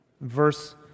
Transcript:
Verse